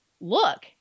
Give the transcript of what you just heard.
look